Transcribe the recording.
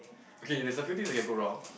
okay there's a few things that can go wrong